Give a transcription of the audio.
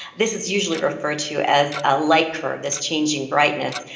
this is usually referred to as a light curve, this changing brightness.